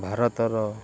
ଭାରତର